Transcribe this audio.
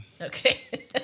Okay